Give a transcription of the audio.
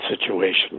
situation